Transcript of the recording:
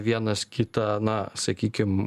vienas kitą na sakykim